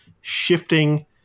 shifting